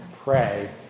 pray